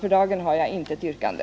För dagen har jag inget yrkande.